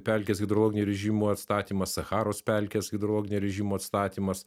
pelkės hidrologinio rėžimo atstatymas sacharos pelkės hidrologinio režimo atstatymas